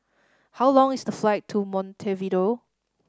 how long is the flight to Montevideo